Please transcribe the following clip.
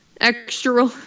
extra